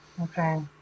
Okay